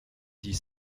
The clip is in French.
dix